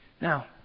Now